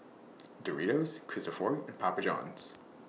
Doritos Cristofori and Papa Johns